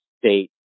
state